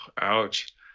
ouch